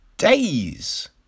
days